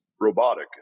robotic